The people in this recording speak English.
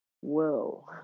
whoa